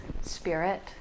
spirit